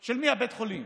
של מי בית החולים.